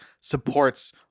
supports